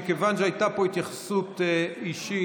מכיוון שהייתה פה התייחסות אישית,